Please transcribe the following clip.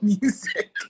music